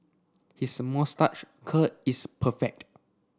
his moustache curl is perfect